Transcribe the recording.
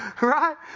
right